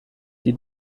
die